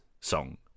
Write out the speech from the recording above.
song